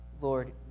Lord